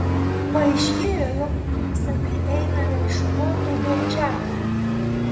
paaiškėjo jog mes abi einame iš proto dėl džiazo